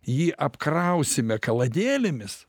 jį apkrausime kaladėlėmis